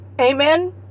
amen